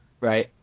Right